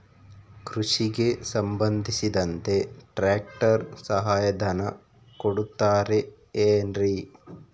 ಕೃಷಿಗೆ ಸಂಬಂಧಿಸಿದಂತೆ ಟ್ರ್ಯಾಕ್ಟರ್ ಸಹಾಯಧನ ಕೊಡುತ್ತಾರೆ ಏನ್ರಿ?